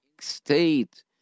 state